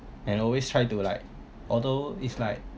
and always try to like although it's like